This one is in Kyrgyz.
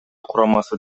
курамасы